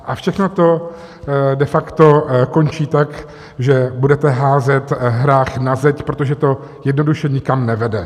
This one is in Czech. A všechno to de facto končí tak, že budete házet hrách na zeď, protože to jednoduše nikam nevede.